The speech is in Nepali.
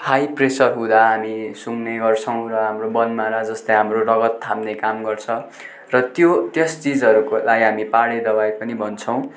हाई प्रेसर हुँदा हामी सुँघ्ने गर्छौँ र हाम्रो बनमारा जसले हाम्रो रगत थाम्ने काम गर्छ र त्यो त्यस चिजहरूकोलाई हामी पाहाडे दवाई पनि भन्छौँ